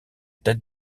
tête